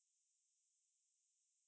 then usually